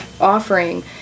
offering